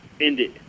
ended